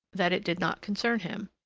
that it did not concern him.